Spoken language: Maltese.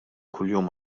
kuljum